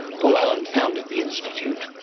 paul allen founded the institute.